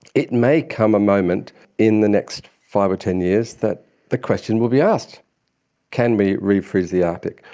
it may come a moment in the next five or ten years that the question will be asked can we re-freeze the arctic?